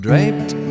Draped